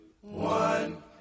one